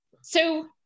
So-